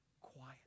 quiet